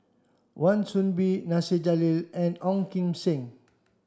Wan Soon Bee Nasir Jalil and Ong Kim Seng